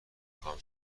خواهم